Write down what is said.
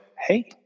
hey